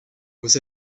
was